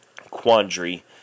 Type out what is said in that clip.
quandary